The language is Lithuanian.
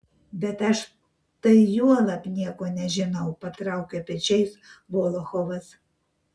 bet aš tai juolab nieko nežinau patraukė pečiais volochovas